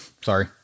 Sorry